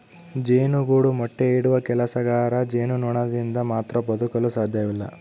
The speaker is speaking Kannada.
ಜೇನುಗೂಡು ಮೊಟ್ಟೆ ಇಡುವ ಕೆಲಸಗಾರ ಜೇನುನೊಣದಿಂದ ಮಾತ್ರ ಬದುಕಲು ಸಾಧ್ಯವಿಲ್ಲ